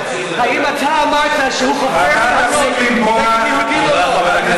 האם אתה אמרת שהוא חופר מנהרות נגד יהודים, או לא?